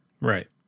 Right